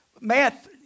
Math